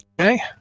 Okay